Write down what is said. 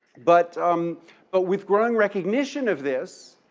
but um but with growing recognition of this,